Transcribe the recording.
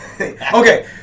okay